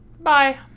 Bye